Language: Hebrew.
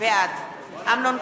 בעד אמנון כהן,